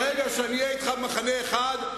ברגע שאני אהיה אתך במחנה אחד,